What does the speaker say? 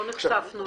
לא נחשפנו לזה.